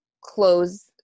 close